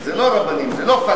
זה לא,